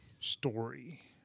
story